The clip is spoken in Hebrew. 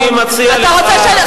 אתה לא רואה מה קורה ברחוב?